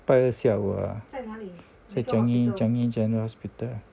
拜二下午 ah 在 changi changi general hospital